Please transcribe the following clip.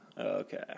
okay